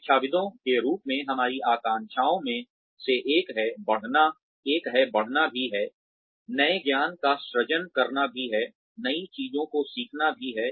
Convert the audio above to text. शिक्षाविदों के रूप में हमारी आकांक्षाओं में से एक है बढ़ाना भी है नए ज्ञान का सृजन करना भी है नई चीजों को सीखना भी है